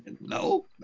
No